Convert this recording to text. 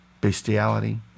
bestiality